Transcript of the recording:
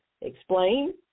Explain